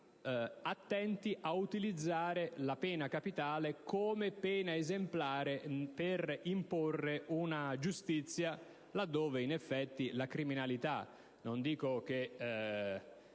attenti ad utilizzare la pena capitale come pena esemplare per imporre una giustizia là dove, in effetti, la criminalità non dico che